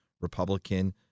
Republican